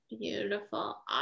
Beautiful